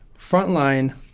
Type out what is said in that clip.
frontline